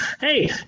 hey